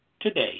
today